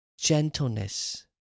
gentleness